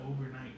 overnight